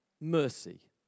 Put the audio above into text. mercy